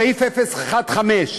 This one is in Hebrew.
סעיף 015,